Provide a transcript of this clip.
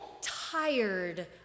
tired